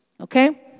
Okay